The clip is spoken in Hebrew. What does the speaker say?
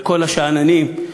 לכל השאננים,